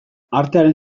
artearen